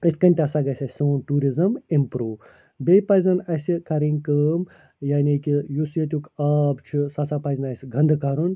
یِتھ کٔنۍ تہِ ہَسا گَژھہِ اسہِ سون ٹیٛوٗرِزٕم اِمپرٛوٗ بیٚیہِ پَزَن اسہِ کَرٕنۍ کٲم یعنی کہِ یُس ییٚتیٛک آب چھُ سُہ ہسا پَزِ نہٕ اسہِ گَنٛدٕ کَرُن